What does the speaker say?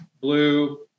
blue